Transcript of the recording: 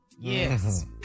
yes